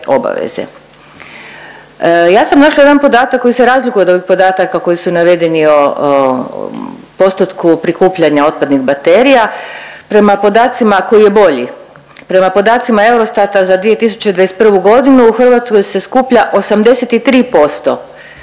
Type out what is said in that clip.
Ja sam našla jedan podatak koji se razliku od ovih podataka koji su navedeni o postotku prikupljanja otpadnih baterija. Prema podacima koji je bolji, prema podacima EUROSTAT-a za 2021. godinu u Hrvatskoj se skuplja 83%